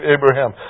Abraham